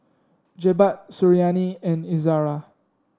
Jebat Suriani and Izzara